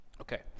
Okay